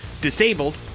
disabled